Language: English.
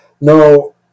no